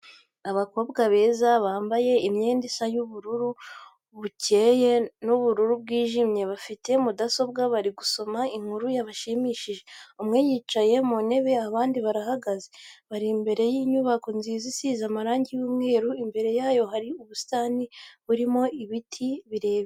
Abakobwa beza bamabye imyenda isa y'ubururu bucyeye n'ubururu bwijimye, bafite mudasobwa bari gusoma inkuru yabashimishije, umwe yicaye mu ntebe abandi barahagaze, bari imbere y'inyubako nziza isize amarangi y'umweru, imbere yayo hari ubusitani burimo ibiti birebire.